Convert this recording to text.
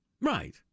Right